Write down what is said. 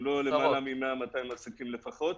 אם לא מאה או מאתיים עסקים לפחות.